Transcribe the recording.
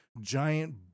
giant